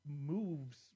moves